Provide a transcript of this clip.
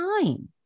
time